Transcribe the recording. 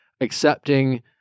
accepting